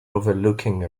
overlooking